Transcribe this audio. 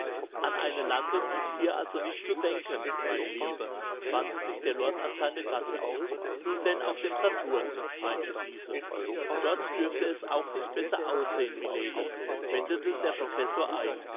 an eine landung ist hier also nicht zu denken meine liebe wandte sich der lord an seine gattin nun denn auf dem saturn meinte diese dort dürfte es auch nicht besser aussehen mylady wendete der professor ein